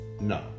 No